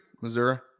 Missouri